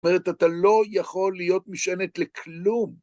זאת אומרת, אתה לא יכול להיות משענת לכלום.